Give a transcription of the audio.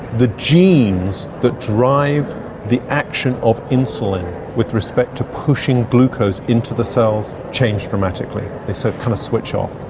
the genes that drive the action of insulin with respect to pushing glucose into the cells change dramatically, they sort of kind of switch off.